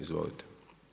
Izvolite.